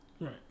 Right